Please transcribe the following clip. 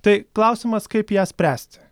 tai klausimas kaip ją spręsti